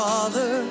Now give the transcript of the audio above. Father